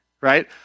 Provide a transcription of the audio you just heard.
right